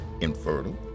infertile